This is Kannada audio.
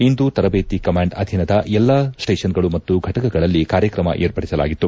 ಇಂದು ತರಬೇತಿ ಕಮಾಂಡ್ ಅಧೀನದ ಎಲ್ಲಾ ಸ್ನೇಷನ್ಗಳು ಮತ್ತು ಘಟಕಗಳಲ್ಲಿ ಕಾರ್ಯಕ್ರಮ ಏರ್ಪಡಿಸಲಾಗಿತ್ತು